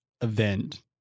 event